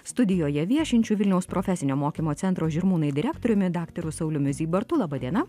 studijoje viešinčiu vilniaus profesinio mokymo centro žirmūnai direktoriumi daktaru sauliumi zybartu laba diena